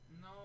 No